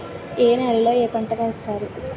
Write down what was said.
ఏ నేలలో ఏ పంట వేస్తారు?